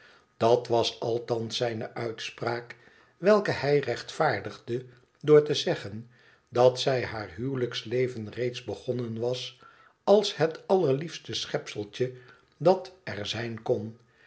dat was althans zijne uitspraak welke hij rechtvaardigde door te zeggen dat zij haar huwelijksleven reeds begonnen was als het allerliefste schepseltje dat er zijn kon